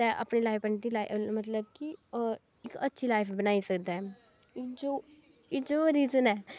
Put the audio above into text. अपनी लाइफ ते उंदी लाइफ मतलब कि इक अच्छी लाइफ बनाई सकदा ऐ इ'यो इ'यो रीजन ऐ